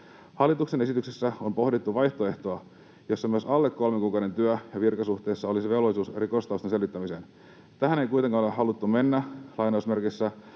Hallituksen esityksessä on pohdittu vaihtoehtoa, jossa myös alle kolmen kuukauden työ- ja virkasuhteessa olisi velvollisuus rikostaustan selvittämiseen. Tähän ei kuitenkaan ole haluttu mennä ”ottaen